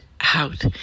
out